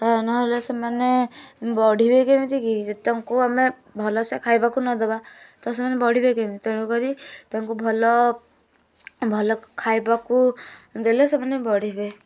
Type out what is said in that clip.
ନହେଲେ ସେମାନେ ବଢ଼ିବେ କେମିତି କି ଯଦି ତାଙ୍କୁ ଆମେ ଭଲ ସେ ଖାଇବାକୁ ନ ଦବା ତ ସେମାନେ ବଢ଼ିବେ କେମିତି ତେଣୁକରି ତାଙ୍କୁ ଭଲ ଭଲ ଖାଇବାକୁ ଦେଲେ ସେମାନେ ବଢ଼ିବେ